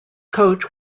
coach